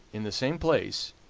in the same place,